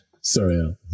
sorry